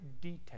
detail